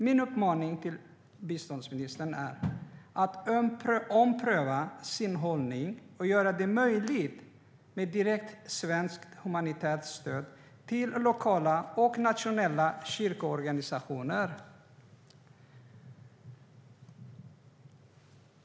Min uppmaning till biståndsministern är att ompröva sin hållning och göra det möjligt med direkt svenskt humanitärt stöd till lokala och nationella kyrkoorganisationer.